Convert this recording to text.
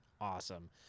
awesome